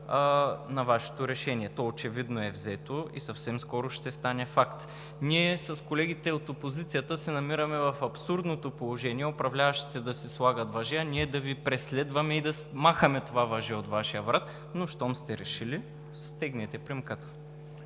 на Вашето решение. То очевидно е взето и съвсем скоро ще стане факт. Ние с колегите от опозицията се намираме в абсурдното положение управляващите да си слагат въже, а ние да Ви преследваме и да махаме това въже от Вашия врат, но щом сте решили – стегнете примката.